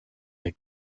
der